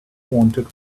wanted